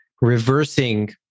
reversing